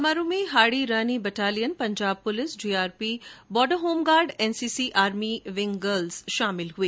समारोह में हाड़ी रानी महिला battalion Punjab police GRP border home guard और एनसीसी आर्मी विंग गर्ल्स शामिल हुए